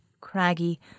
craggy